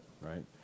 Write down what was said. right